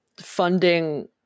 funding